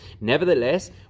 Nevertheless